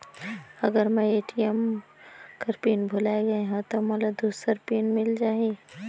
अगर मैं ए.टी.एम कर पिन भुलाये गये हो ता मोला दूसर पिन मिल जाही?